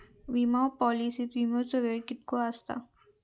विमा पॉलिसीत विमाचो वेळ कीतको आसता?